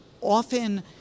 often